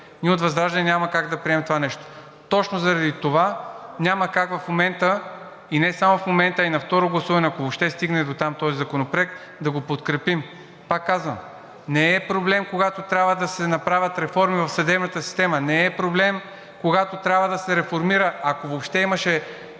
ние от ВЪЗРАЖДАНЕ няма как да приемем това нещо. Точно заради това няма как в момента – и не само в момента, а и на второ гласуване, ако въобще стигне дотам този законопроект, да го подкрепим. Пак казвам, не е проблем, когато трябва да се направят реформи в съдебната система, не е проблем, когато трябва да се реформира, ако въобще имаше